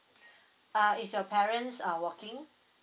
uh is your parents uh working